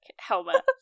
helmet